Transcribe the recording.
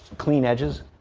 clean edges.